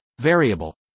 Variable